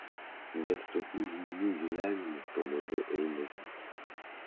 bet tokių žmonių gyvenimas pamažu eina geryn